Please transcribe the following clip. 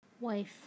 Wife